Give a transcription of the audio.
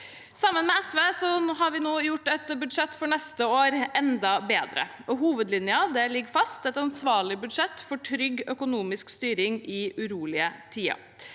Sammen med SV har vi nå gjort et godt budsjett for neste år enda bedre. Og hovedlinjen ligger fast: et ansvarlig budsjett for trygg økonomisk styring i urolige tider.